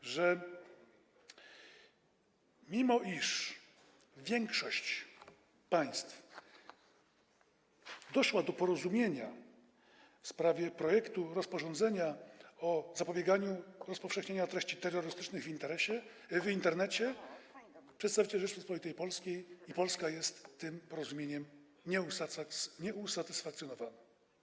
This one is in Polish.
Tego, że mimo iż większość państw doszła do porozumienia w sprawie projektu rozporządzenia o zapobieganiu rozpowszechnianiu treści terrorystycznych w Internecie, przedstawiciel Rzeczypospolitej Polskiej, Polska jest tym porozumieniem nieusatysfakcjonowana.